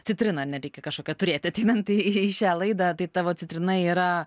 citriną ane reikia kažkokią turėti ateinant į į šią laidą tai tavo citrina yra